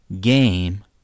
game